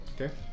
Okay